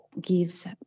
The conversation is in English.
gives